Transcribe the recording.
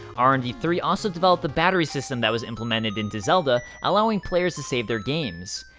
r and d three also developed the battery system that was implemented into zelda, allowing players to save their games.